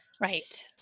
right